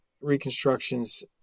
reconstructions